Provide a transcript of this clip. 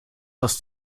das